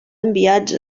enviats